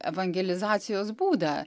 evangelizacijos būdą